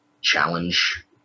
challenge